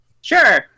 Sure